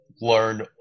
learn